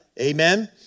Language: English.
Amen